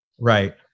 Right